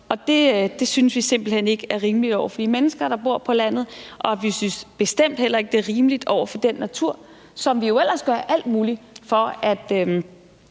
Det synes vi simpelt hen ikke er rimeligt over for de mennesker, der bor på landet, og vi synes bestemt heller ikke, at det er rimeligt over for den natur, som vi jo ellers gør alt muligt for at